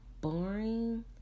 boring